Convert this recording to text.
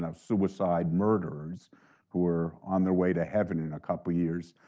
um suicide murderers who were on their way to heaven in a couple years.